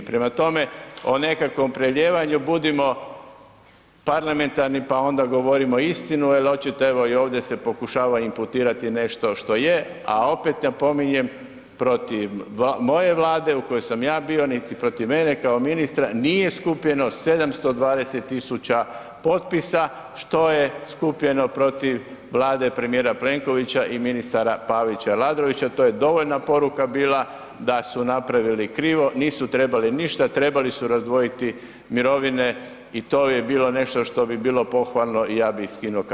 Prema tome, o nekakvom prelijevanju budimo parlamentarni pa onda govorimo istinu jer očito evo i ovdje se pokušava imputirati nešto što je a opet napominjem, protiv moje Vlade u kojoj sam ja bio, niti protiv mene kao ministra nije skupljeno 720 000 potpisa što je skupljeno protiv Vlade premijera Plenkovića i ministara Pavića i Aladrovića, to je dovoljna poruka bila da su napravili krivo, nisu trebali ništa, trebali su razdvojiti mirovine i to bi bilo nešto što bi bilo pohvalno i ja bi im skinuo kapu.